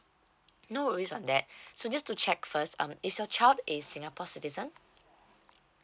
no worry on that so just to check first um is your child is singapore citizen